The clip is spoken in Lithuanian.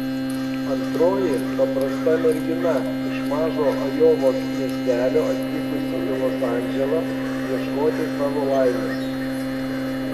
antroji paprasta mergina iš mažo ajovos miestelio atvykusi į los andželą ieškoti savo laimės